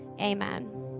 Amen